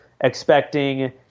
expecting